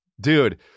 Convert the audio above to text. Dude